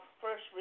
first